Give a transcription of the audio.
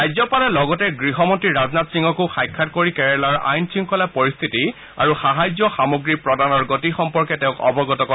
ৰাজ্যপালে লগতে গৃহমন্ত্ৰী ৰাজনাথ সিঙকো সাক্ষাৎ কৰি কেৰালাৰ আইন শৃংখলা পৰিস্থিতি আৰু সাহায্য সামগ্ৰী প্ৰদানৰ গতি সম্পৰ্কে তেওঁক অৱগত কৰে